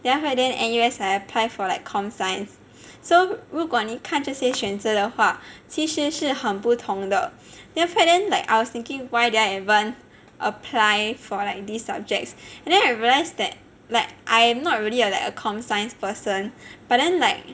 then after that then N_U_S I apply for like com science so 如果你看这些选择的话其实是很不同的 then after that then like I was thinking why did I even apply for like these subjects and then I realise that like I'm not really a like a com science person but then like